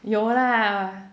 有啦